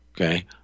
Okay